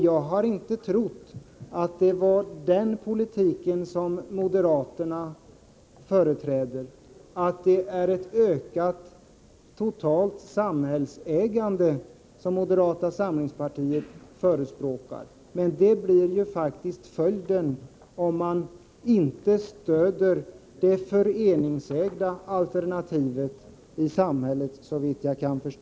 Jag trodde inte att moderaterna förespråkade ett totalt samhällsägande, vilket, såvitt jag förstår, faktiskt blir följden, om man inte stöder alternativet föreningsägandet.